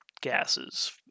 gases